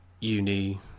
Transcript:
uni